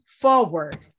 forward